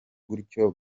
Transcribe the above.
gutyo